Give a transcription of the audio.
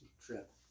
trip